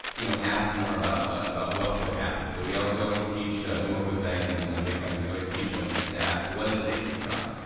you know, ask more about ah about what could happen. so we ah we always teach, when we work with banks and and big companies, we always teach em to ask, what is safe to try?